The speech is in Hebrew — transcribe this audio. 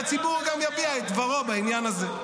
והציבור גם יביע את דברו בעניין הזה.